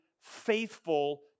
faithful